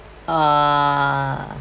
!wah!